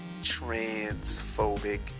transphobic